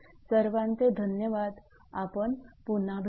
सर्वांचे धन्यवाद आपण पुन्हा भेटू